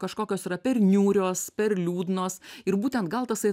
kažkokios yra per niūrios per liūdnos ir būtent gal tasai